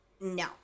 No